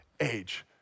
age